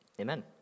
amen